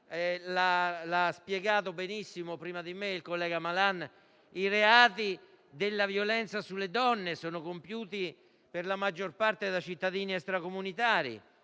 ha spiegato benissimo prima di me il collega Malan, i reati di violenza sulle donne sono compiuti per la maggior parte da cittadini extracomunitari.